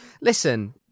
listen